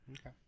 Okay